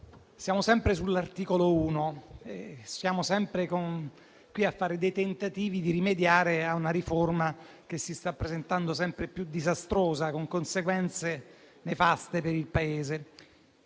siamo sempre sull'articolo 1 e siamo sempre qui a fare dei tentativi di rimediare a una riforma che si sta presentando sempre più disastrosa, con conseguenze nefaste per il Paese.